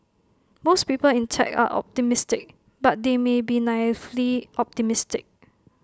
most people in tech are optimistic but they may be naively optimistic